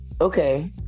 okay